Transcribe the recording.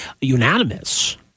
unanimous